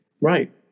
Right